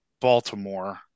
Baltimore